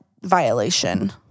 violation